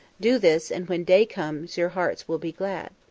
do this, and when day comes your hearts will be glad.